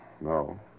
no